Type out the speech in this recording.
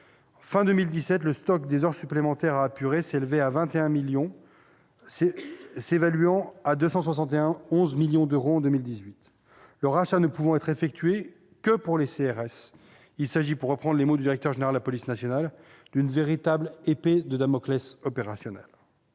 de 2017, le stock des heures supplémentaires à apurer s'élevait à 21,764 millions, pour un montant évalué à 271 millions d'euros en 2018. Le rachat ne pouvant être effectué que pour les CRS, il s'agit, pour reprendre les mots du directeur général de la police nationale, d'une véritable « épée de Damoclès opérationnelle